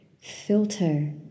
filter